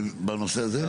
בנושא הזה?